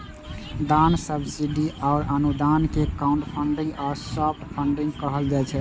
दान, सब्सिडी आ अनुदान कें क्राउडफंडिंग या सॉफ्ट फंडिग कहल जाइ छै